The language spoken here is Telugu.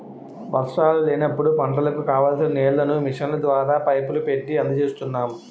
వర్షాలు లేనప్పుడు పంటలకు కావాల్సిన నీళ్ళను మిషన్ల ద్వారా, పైపులు పెట్టీ అందజేస్తున్నాం